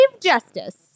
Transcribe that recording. Justice